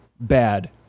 Bad